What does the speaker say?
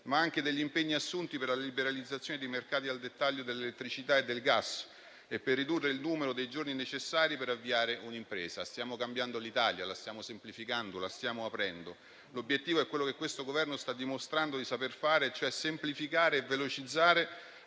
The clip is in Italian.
ma anche degli impegni assunti per la liberalizzazione dei mercati al dettaglio dell'elettricità e del gas e per ridurre il numero dei giorni necessari per avviare un'impresa. Stiamo cambiando l'Italia, la stiamo semplificando e la stiamo aprendo. L'obiettivo è quello che questo Governo sta dimostrando di saper perseguire, cioè semplificare e velocizzare